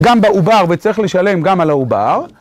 גם באובר וצריך לשלם גם על האובר.